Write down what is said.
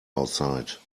outside